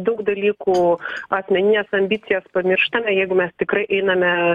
daug dalykų asmenines ambicijas pamirštame jeigu mes tikrai einame